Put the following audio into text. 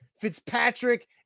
Fitzpatrick